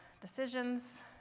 decisions